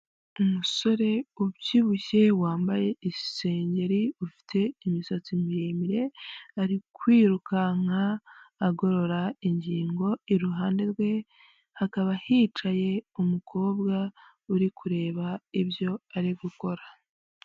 Umusore ubyibushye wambaye isengeri ufite imisatsi miremire ari kwirukanka agorora ingingo, iruhande rwe hakaba hicaye umukobwa uri kureba ibyo ari gukora.